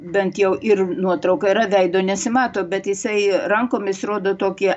bent jau ir nuotrauka yra veido nesimato bet jisai rankomis rodo tokį